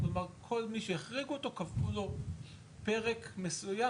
כלומר כל מי שהחריגו אותו קבעו לו פרק מסוים,